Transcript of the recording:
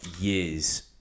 years